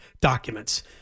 documents